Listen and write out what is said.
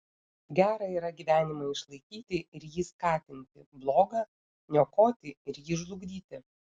gera yra gyvenimą išlaikyti ir jį skatinti bloga niokoti ir jį žlugdyti